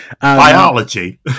biology